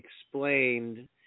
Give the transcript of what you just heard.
explained